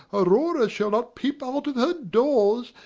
aurora shall not peep out of her doors,